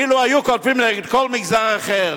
אילו היו כותבים נגד כל מגזר אחר,